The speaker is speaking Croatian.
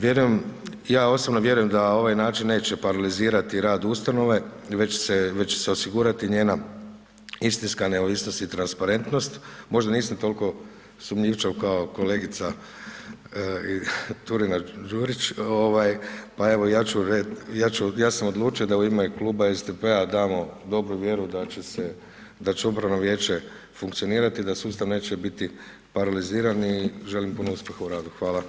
Vjerujem, ja osobno vjerujem da ovaj način neće paralizirati rad ustanove, već će se, već će se osigurati njena istinska neovisnost i transparentnost, možda nisam tolko sumnjivčav kao kolegica Turina Đurić ovaj, pa evo ja ću, ja ću, ja sam odlučio da u ime Kluba SDP-a damo dobru vjeru da će se, da će upravno vijeće funkcionirati, da sustav neće biti paraliziran i želim puno uspjeha u radu.